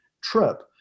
trip